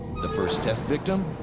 the first test victim?